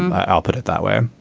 i'll put it that way.